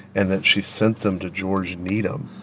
and then she sent them to george needham.